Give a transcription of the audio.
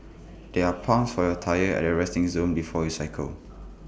there are pumps for your tyres at the resting zone before you cycle